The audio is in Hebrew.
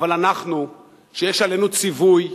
אבל אנחנו, שיש עלינו ציווי,